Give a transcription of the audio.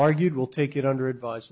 argued will take it under advise